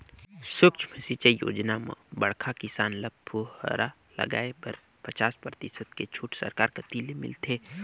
सुक्ष्म सिंचई योजना म बड़खा किसान ल फुहरा लगाए बर पचास परतिसत के छूट सरकार कति ले मिलथे